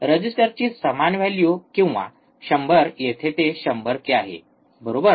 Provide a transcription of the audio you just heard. रेजिस्टरची समान व्हॅल्यू किंवा 100 येथे ते 100 के आहे बरोबर